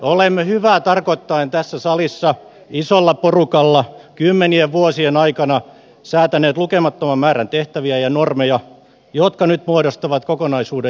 olemme hyvää tarkoittaen tässä salissa isolla porukalla kymmenien vuosien aikana säätäneet lukemattoman määrän tehtäviä ja normeja jotka nyt muodostavat kokonaisuuden joka ei toimi